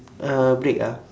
uh break ah